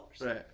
Right